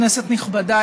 כנסת נכבדה,